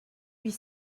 huit